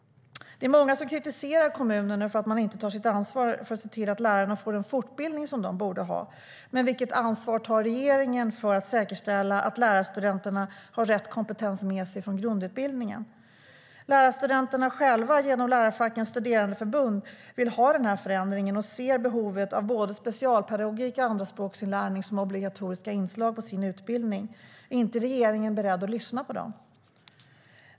Det är många som kritiserar kommunerna för att de inte tar sitt ansvar för att se till att lärarna får den fortbildning som de borde ha. Men vilket ansvar tar regeringen för att säkerställa att lärarstudenterna har rätt kompetens med sig från grundutbildningen? Lärarstudenterna själva genom lärarfackens studerandeförbund vill ha denna förändring och ser behovet av både specialpedagogik och andraspråksinlärning som obligatoriska inslag i sin utbildning. Är inte regeringen beredd att lyssna på dem?